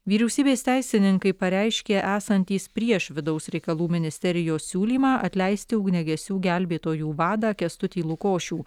vyriausybės teisininkai pareiškė esantys prieš vidaus reikalų ministerijos siūlymą atleisti ugniagesių gelbėtojų vadą kęstutį lukošių